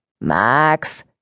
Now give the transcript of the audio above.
Max